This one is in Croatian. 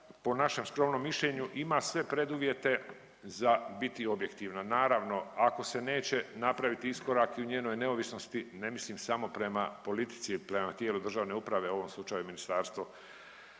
po našem skromnom mišljenju ima sve preduvjete za biti objektivna, naravno ako se neće napraviti iskorak i u njenoj neovisnosti, ne mislim samo prema politici i prema tijelu državne uprave, u ovom slučaju Ministarstvo